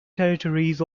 territories